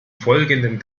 folgenden